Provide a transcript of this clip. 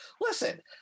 Listen